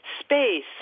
space